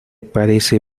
parece